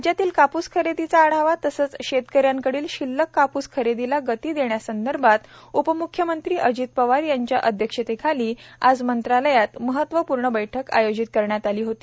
राज्यातील कापूस खरेदीचा आढावा तसंच शेतक यांकडील शिल्लक कापूस खरेदीला गती देण्यासंदर्भात उपम्ख्यमंत्री अजित पवार यांच्या अध्यक्षतेखाली आज मंत्रालयात महत्वपूर्ण बैठक आयोजित करण्यात आली होती